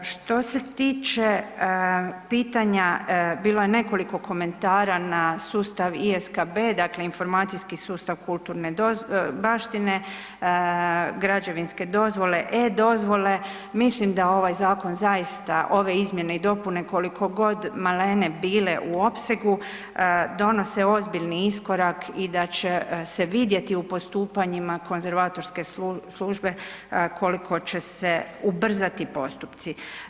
Što se tiče pitanja, bilo je nekoliko komentara na sustav ISKB, dakle informacijski sustav kulturne baštine, građevinske dozvole, e-dozvole, mislim da ovaj zakon zaista ove izmjene i dopune koliko god malene bile u opsegu, donose ozbiljni iskorak i da će se vidjeti po postupanjima konzervatorske službe koliko će se ubrzati postupci.